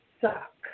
suck